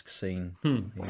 scene